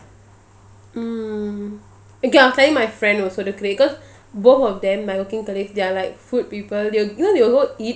mm okay I was telling my friend also cause both of them my working colleague they are like food people they will you know they will go eat